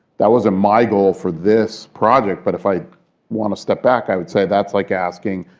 that wasn't my goal for this project. but if i want to step back, i would say that's like asking,